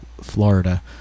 Florida